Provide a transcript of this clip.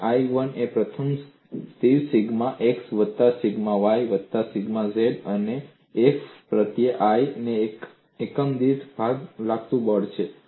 અને I 1 એ પ્રથમ સ્થિર સિગ્મા x વત્તા સિગ્મા y વત્તા સિગ્મા z અને F પ્રત્યય i એ એકમ કદ દીઠ ભાગ પર લાગતું બળ છે